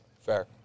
Fair